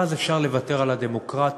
ואז אפשר לוותר על הדמוקרטיה,